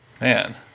Man